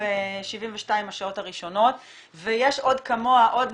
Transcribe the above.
ב-72 השעות הראשונות וכמוה יש עוד לא